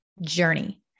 journey